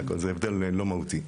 זה הכול, זה הבדל לא מהותי.